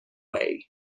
way